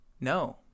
no